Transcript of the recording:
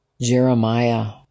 Jeremiah